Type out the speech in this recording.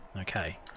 Okay